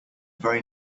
very